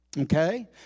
Okay